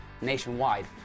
nationwide